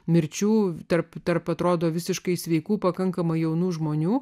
mirčių tarp tarp atrodo visiškai sveikų pakankamai jaunų žmonių